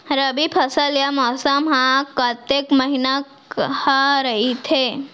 रबि फसल या मौसम हा कतेक महिना हा रहिथे?